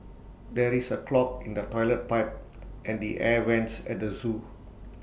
there is A clog in the Toilet Pipe and the air Vents at the Zoo